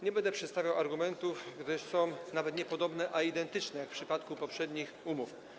Nie będę przedstawiał argumentów, gdyż są one nawet nie podobne, ale identyczne jak w przypadku poprzednich umów.